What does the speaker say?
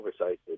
oversight